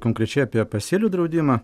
konkrečiai apie pasėlių draudimą